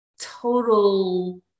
total